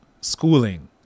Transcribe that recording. schooling